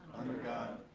under god,